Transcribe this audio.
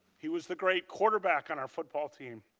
he was the great quarterback on our football team.